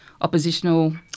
oppositional